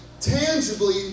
tangibly